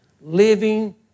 living